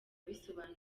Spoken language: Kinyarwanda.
bisobanuye